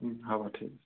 হ'ব ঠিক আছে